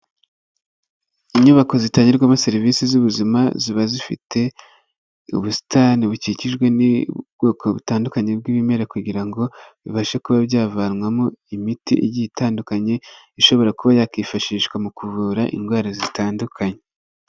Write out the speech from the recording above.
Inyubako zitangirwamo serivisi z'ubuzima, ziba zifite ubusitani bukikijwe n'ubwoko butandukanye bw'ibimera kugira ngo bibashe kuba byavanwamo imiti igiye itandukanye, ishobora kuba yakwifashishwa mu kuvura indwara zitandukanye.